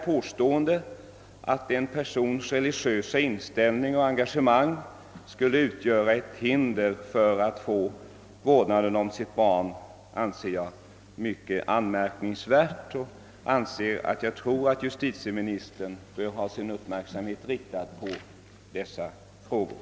Påståendet, att en persons religiösa inställning och engagemang skulle utgöra ett hinder för att få vårdnaden om sitt barn anser jag mycket anmärkningsvärt. Jag tror att justitieministern bör ha sin uppmärksamhet riktad på dessa frågor.